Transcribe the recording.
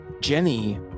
Jenny